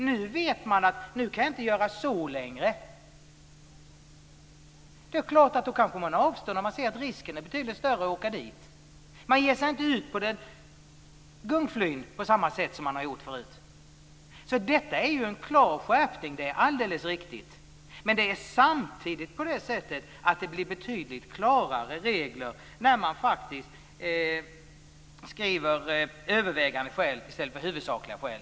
Då vet man att man inte kan fortsätta att göra si eller så, och då kanske man avstår när man ser att risken är betydligt större för att åka fast. Man ger sig inte ut på något gungfly på samma sätt som man tidigare har gjort. Detta är ju fråga om en klar skärpning, det är alldeles riktigt. Men samtidigt blir det betydligt klarare regler när det står "övervägande" skäl i stället för "huvudsakliga" skäl.